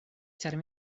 ĉar